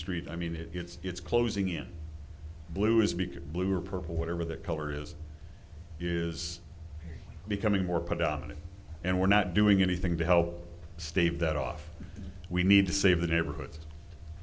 street i mean it it's it's closing in blue is bigger blue or purple whatever the color is is becoming more predominant and we're not doing anything to help stave that off we need to save the neighborhoods